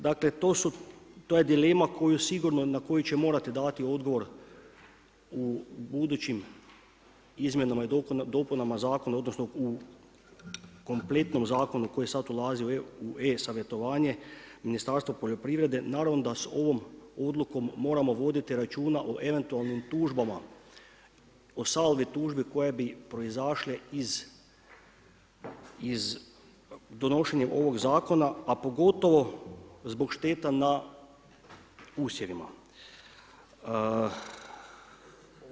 Dakle, to je dilema koju sigurno, na koju će morati dati odgovor u budućim izmjenama i dopunama zakona, odnosno u kompletnom zakonu koji sad ulazi u E-savjetovanje, Ministarstvo poljoprivrede, naravno da s ovom odlukom moramo voditi računa o eventualnim tužbama, o salvi tužbi koje bi proizašle iz donošenjem ovog zakona, a pogotovo zbog šteta na usjevima.